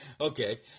Okay